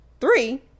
three